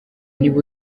nibo